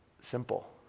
simple